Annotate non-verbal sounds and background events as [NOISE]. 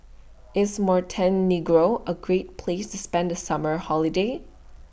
[NOISE] IS Montenegro A Great Place to spend The Summer Holiday